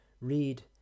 read